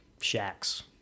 shacks